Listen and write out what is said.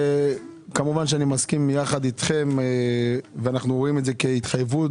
כמובן שאני מסכים יחד אתכם ואנחנו רואים את זה כהתחייבות,